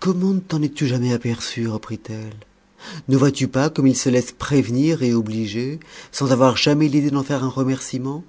comment ne t'en es-tu jamais aperçu reprit-elle ne vois-tu pas comme il se laisse prévenir et obliger sans avoir jamais l'idée d'en faire un remercîment